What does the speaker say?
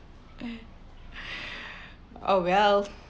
oh well